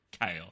chaos